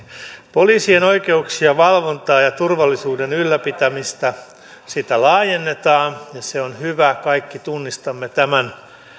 poliisien oikeuksia valvontaa ja turvallisuuden ylläpitämistä laajennetaan ja se on hyvä kaikki tunnistamme tämän